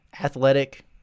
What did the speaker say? athletic